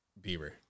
Bieber